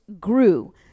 grew